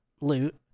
loot